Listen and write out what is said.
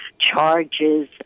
charges